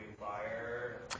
fire